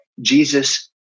Jesus